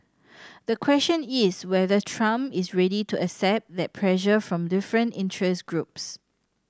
the question is whether Trump is ready to accept that pressure from different interest groups